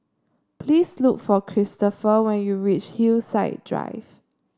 please look for Kristopher when you reach Hillside Drive